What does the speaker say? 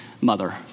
mother